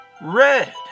Red